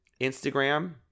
Instagram